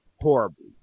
horribly